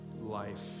life